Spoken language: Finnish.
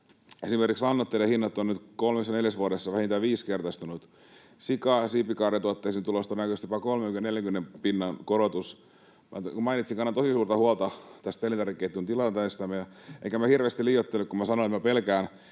Esimerkiksi lannoitteiden hinnat ovat nyt kolmessa neljässä vuodessa vähintään viisinkertaistuneet, sika‑ ja siipikarjatuotteisiin on tulossa todennäköisesti jopa 30—40 pinnan korotus. Kuten mainitsin, kannan tosi suurta huolta tästä elintarvikeketjun tilanteesta, enkä hirveästi liioittele, kun sanon, että pelkään,